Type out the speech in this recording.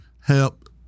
Help